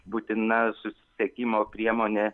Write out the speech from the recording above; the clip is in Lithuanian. būtina susisiekimo priemonė